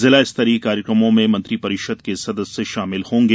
जिला स्तरीय कार्यक्रमों में मंत्री परिषद के सदस्य शामिल होंगे